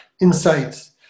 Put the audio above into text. insights